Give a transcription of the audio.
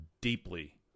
deeply